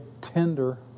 tender